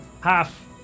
half